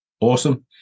awesome